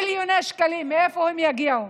מיליוני שקלים, מאיפה הם יגיעו?